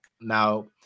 Now